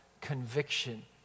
conviction